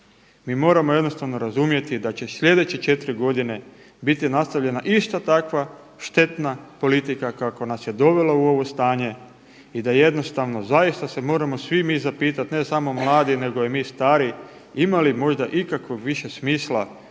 Mi moramo jednostavno razumjeti da će sljedeće četiri godine biti nastavljena ista takva štetna politika kako nas je dovela u ovo stanje i da jednostavno zaista se moramo svi mi zapitati ne samo mladi, nego i mi stari ima li možda ikakvog više smisla